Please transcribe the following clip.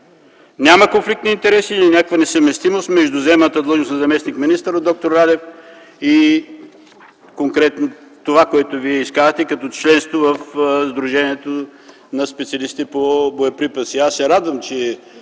Няма конфликт на интереси или някаква несъвместимост между заеманата длъжност на заместник-министър д-р Радев и това, което Вие казвате, като членство в Сдружението на специалистите по боеприпаси. Аз се радвам, че